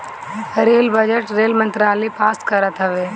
rail budget rail मंत्रालय पास करत हवे